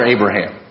Abraham